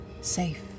safe